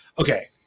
okay